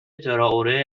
ترائوره